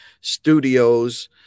studios